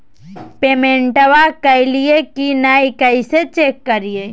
पेमेंटबा कलिए की नय, कैसे चेक करिए?